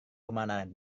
kemana